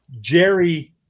Jerry